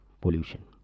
pollution